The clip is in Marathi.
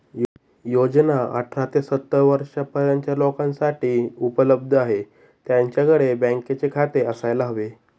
योजना अठरा ते सत्तर वर्षा पर्यंतच्या लोकांसाठी उपलब्ध आहे, त्यांच्याकडे बँकेचे खाते असायला हवे